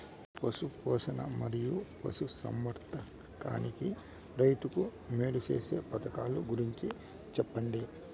పశు పోషణ మరియు పశు సంవర్థకానికి రైతుకు మేలు సేసే పథకాలు గురించి చెప్పండి?